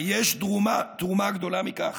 היש תרומה גדולה מכך?